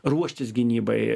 ruoštis gynybai